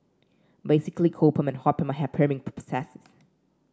basically cold perm and hot perm hair perming processes